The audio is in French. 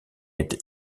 été